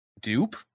Dupe